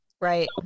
Right